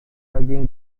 daging